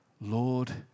Lord